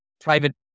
private